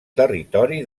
territori